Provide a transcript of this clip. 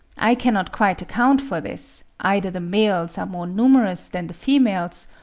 i cannot quite account for this either the males are more numerous than the females,